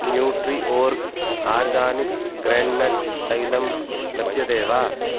nutri org organic groundnut तैलं लभ्यते वा